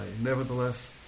Nevertheless